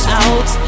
out